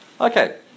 Okay